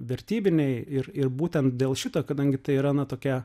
vertybiniai ir ir būtent dėl šito kadangi tai yra na tokia